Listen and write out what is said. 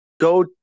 go